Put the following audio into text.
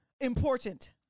Important